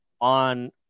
on